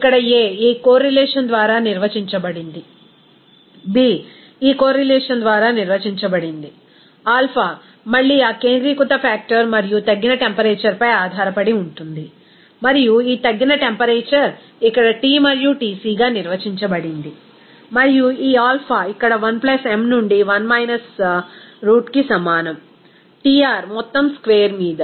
ఇక్కడ a ఈ correlation ద్వారా నిర్వచించబడింది b ఈ కోర్రిలేషన్ ద్వారా నిర్వచించబడింది ఆల్ఫా మళ్లీ ఆ కేంద్రీకృత ఫాక్టర్ మరియు తగ్గిన టెంపరేచర్ పై ఆధారపడి ఉంటుంది మరియు ఈ తగ్గిన టెంపరేచర్ ఇక్కడ T మరియు Tcగా నిర్వచించబడింది మరియు ఈ ఆల్ఫా ఇక్కడ 1 m నుండి 1 మైనస్ రూట్కి సమానం Tr మొత్తం స్క్వేర్ మీద